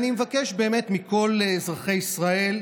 אני מבקש באמת מכל אזרחי ישראל: